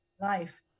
life